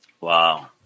Wow